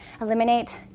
eliminate